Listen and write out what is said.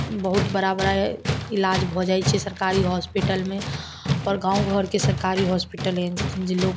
बहुत बड़ा बड़ा इलाज भऽ जाइ छै सरकारी हॉस्पिटलमे पर गाँव घरके सरकारी हॉस्पिटल एहन छै जे लोक